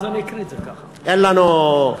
אין לנו,